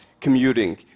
commuting